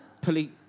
police